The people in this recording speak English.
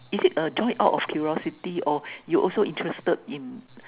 is it a join out of curiosity or you also interested in